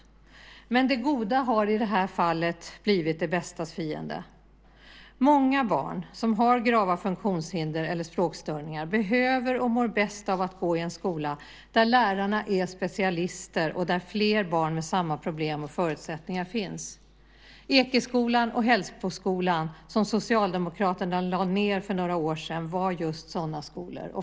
Men det goda har i det här fallet blivit det bästas fiende. Många barn som har grava funktionshinder eller språkstörningar behöver och mår bäst av att gå i en skola där lärarna är specialister och där fler barn med samma problem och förutsättningar finns. Ekeskolan och Hällsboskolan, som Socialdemokraterna lade ned för några år sedan, var just sådana skolor.